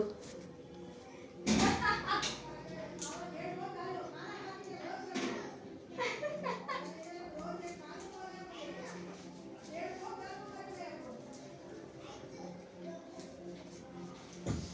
ನನ್ನ ಅಕೌಂಟಿಂದ ಇನ್ನೊಂದು ಅಕೌಂಟಿಗೆ ಕನಿಷ್ಟ ಎಷ್ಟು ದುಡ್ಡು ಹಾಕಬಹುದು?